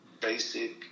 basic